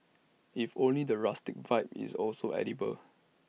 if only the rustic vibe is also edible